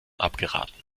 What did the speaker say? abgeraten